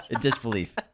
disbelief